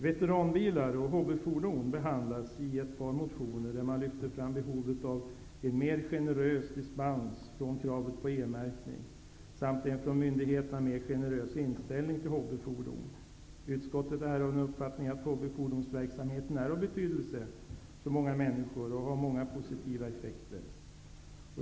Veteranbilar och hobbyfordon behandlas i ett par motioner, där man lyfter fram behovet av en mer generös dispens från kravet på E-märkning samt en från myndigheterna mer generös inställning till hobbyfordon. Utskottet är av den uppfattningen att hobbyfordonsverksamheten är av betydelse för många människor och har många positiva effekter.